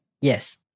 Yes